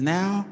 now